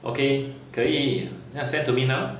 okay 可以 then ah send to me now